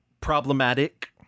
problematic